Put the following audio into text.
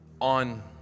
on